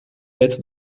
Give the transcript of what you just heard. wet